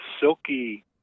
silky